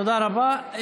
תודה רבה.